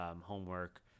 homework